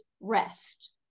rest